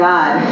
God